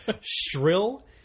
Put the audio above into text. Shrill